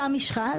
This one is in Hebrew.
אותה משחה,